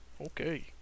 Okay